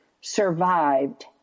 survived